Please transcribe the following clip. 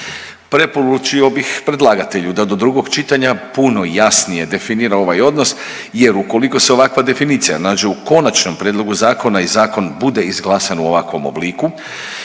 Preporučio bih predlagatelju da do drugog čitanja puno jasnije definira ovaj odnos jer ukoliko se ovakva definicija nađe u konačnom prijedlogu zakona i zakon bude izglasan u ovakvom obliku